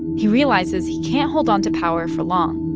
he realizes he can't hold on to power for long,